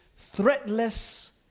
threatless